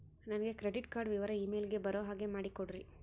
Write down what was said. ನನಗೆ credit card ವಿವರ email ಗೆ ಬರೋ ಹಾಗೆ ಮಾಡಿಕೊಡ್ರಿ?